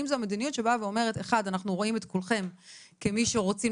100 שקל זה הסיפור.